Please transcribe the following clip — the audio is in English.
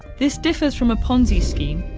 this differs from a ponzi scheme,